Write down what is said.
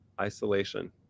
isolation